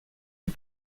les